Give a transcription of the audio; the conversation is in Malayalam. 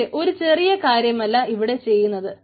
പക്ഷെ ഒരു ചെറിയ കാര്യമല്ല ഇവിടെ ചെയ്യുന്നത്